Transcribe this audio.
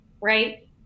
right